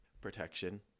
protection